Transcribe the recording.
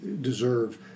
deserve